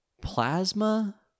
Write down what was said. Plasma